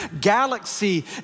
galaxy